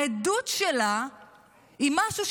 העדות שלה היא משהו,